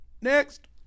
Next